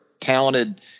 Talented